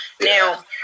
Now